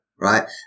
Right